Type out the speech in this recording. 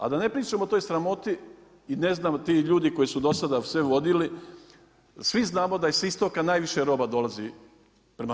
A da ne pričamo o toj sramoti i ne znam ti ljudi koji su do sada sve vodili, svi znamo da s istoka najviše roba dolazi prema